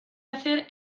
hacer